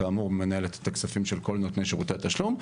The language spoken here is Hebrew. כאמור היא מנהלת את הכספים של כל נותני שירותי התשלום,